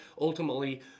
ultimately